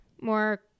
more